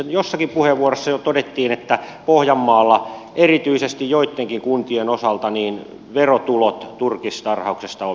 jossakin puheenvuorossa jo todettiin että pohjanmaalla erityisesti joittenkin kuntien osalta verotulot turkistarhauksesta ovat merkittävät